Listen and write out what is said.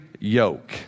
yoke